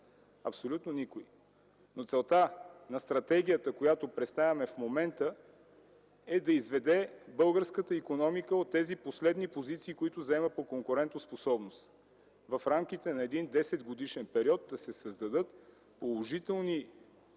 Абсолютно никой! Целта на стратегията, която представяме в момента, е да изведе българската икономика от тези последни позиции, които заема по конкурентоспособност. В рамките на един 10-годишен период да се създадат положителни